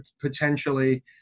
potentially